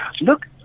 look